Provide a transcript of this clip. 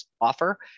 offer